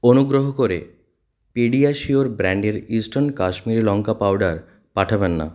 অনুগ্রহ করে পেডিয়াশিয়োর ব্র্যান্ডের কাশ্মীরি লঙ্কা পাউডার পাঠাবেন না